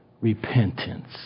repentance